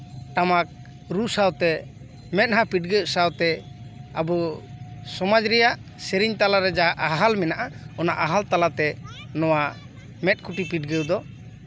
ᱴᱟᱢᱟᱠ ᱨᱩ ᱥᱟᱶᱛᱮ ᱢᱮᱫᱦᱟ ᱯᱤᱰᱜᱟᱹᱣ ᱥᱟᱶᱛᱮ ᱟᱹᱵᱩ ᱥᱚᱢᱟᱡᱽ ᱨᱮᱭᱟᱜ ᱥᱮᱨᱮᱧ ᱛᱟᱞᱟᱨᱮ ᱡᱟ ᱦᱟᱦᱟᱞ ᱢᱮᱱᱟᱜᱼᱟ ᱚᱱᱟ ᱦᱟᱦᱟᱞ ᱛᱟᱞᱟᱛᱮ ᱱᱚᱣᱟ ᱢᱮᱫ ᱠᱩᱴᱤ ᱯᱤᱰᱜᱟᱹᱣ ᱫᱚ